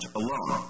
alone